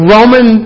Roman